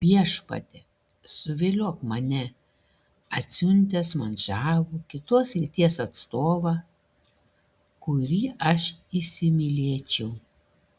viešpatie suviliok mane atsiuntęs man žavų kitos lyties atstovą kurį aš įsimylėčiau